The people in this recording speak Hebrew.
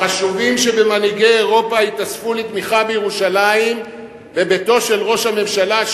החשובים שבמנהיגי אירופה התאספו לתמיכה בירושלים בביתו של ראש הממשלה,